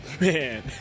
man